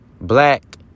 black